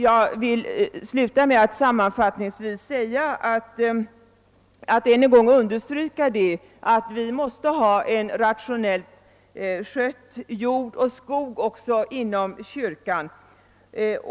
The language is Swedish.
Jag vill sluta med att än en gång understryka att vi måste ha en rationellt skött jord och skog också inom kyrkan.